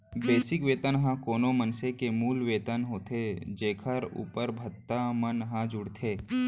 basic वेतन ह कोनो मनसे के मूल वेतन होथे जेखर उप्पर भत्ता मन ह जुड़थे